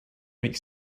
make